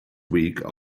week